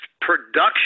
production